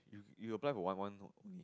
you apply for one one